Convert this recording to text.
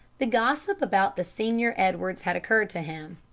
the gossip about the senior edwards had occurred to him,